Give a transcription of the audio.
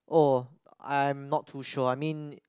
oh I'm not too sure I mean